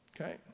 Okay